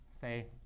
say